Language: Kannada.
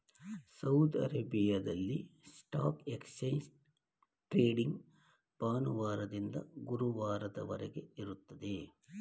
ಸೌದಿ ಅರೇಬಿಯಾದಲ್ಲಿ ಸ್ಟಾಕ್ ಎಕ್ಸ್ಚೇಂಜ್ ಟ್ರೇಡಿಂಗ್ ಭಾನುವಾರದಿಂದ ಗುರುವಾರದವರೆಗೆ ಇರುತ್ತದೆ